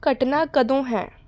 ਘਟਣਾ ਕਦੋਂ ਹੈ